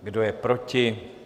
Kdo je proti?